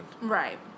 Right